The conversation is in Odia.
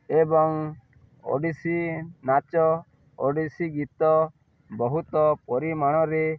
ଏବଂ ଓଡ଼ିଶୀ ନାଚ ଓଡ଼ିଶୀ ଗୀତ ବହୁତ ପରିମାଣରେ